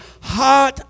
hot